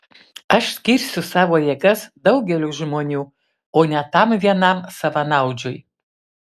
aš skirsiu savo jėgas daugeliui žmonių o ne tam vienam savanaudžiui